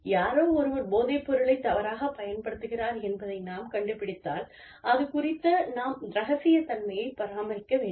யாரோ ஒருவர் போதைப்பொருளைத் தவறாகப் பயன்படுத்துகிறார் என்பதை நாம் கண்டுபிடித்தால் அது குறித்து நாம் இரகசியத்தன்மையைப் பராமரிக்க வேண்டும்